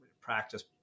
practice